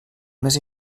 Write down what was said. més